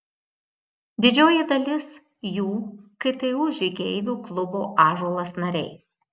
didžioji dalis jų ktu žygeivių klubo ąžuolas nariai